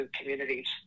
communities